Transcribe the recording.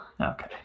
Okay